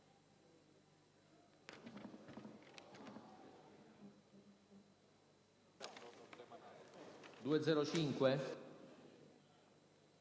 Grazie,